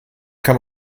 kann